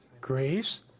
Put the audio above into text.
Grace